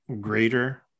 greater